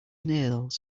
nails